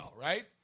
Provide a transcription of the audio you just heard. right